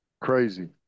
Crazy